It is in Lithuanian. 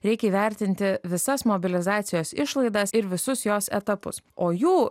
reikia įvertinti visas mobilizacijos išlaidas ir visus jos etapus o jų